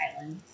Island